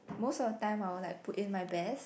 most of the time I would like put in my best